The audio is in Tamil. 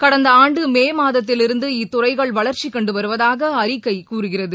கடந்த ஆண்டு மே மாதத்திலிருந்து இத்துறைகள் வளர்ச்சி கண்டு வருவதாக அறிக்கை கூறுகிறது